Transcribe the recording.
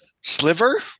Sliver